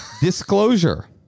Disclosure